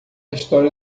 história